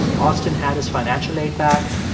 austin had his financial aid back.